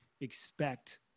expect